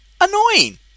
annoying